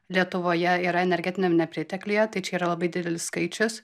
lietuvoje yra energetiniame nepritekliuje tai čia yra labai didelis skaičius